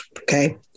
Okay